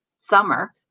summer